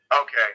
okay